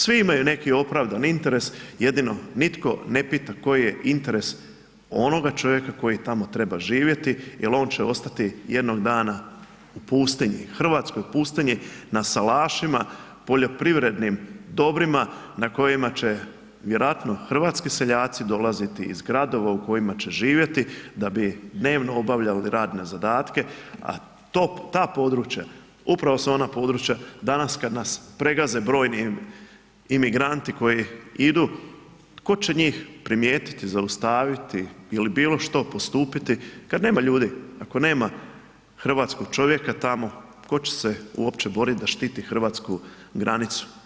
Svi imaju neki opravdani interes jedino nitko ne pita koji je interes onoga čovjeka koji tamo treba živjeti jer on će ostati jednog dana u pustinji, hrvatskoj pustinji na salašima poljoprivrednim dobrima na kojima će vjerojatno hrvatski seljaci dolaziti iz gradova u kojima će živjeti da bi dnevno obavljali radne zadatke a ta područja upravo su ona područja danas kad nas pregaze brojni imigranti koji idu, tko će njih primijetiti, zaustaviti ili bilo što postupiti kada nema ljudi, ako nema hrvatskog čovjeka tamo tko će se uopće boriti da štiti hrvatsku granicu.